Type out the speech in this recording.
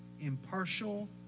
impartial